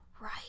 right